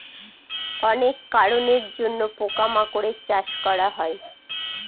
অনেক কারনের জন্য পোকা মাকড়ের চাষ করা হয়